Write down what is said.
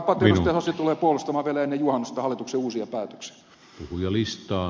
sasi tulee puolustamaan vielä ennen juhannusta hallituksen uusia päätöksiä